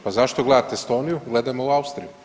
Pa zašto gledati Estoniju, gledajmo u Austriju.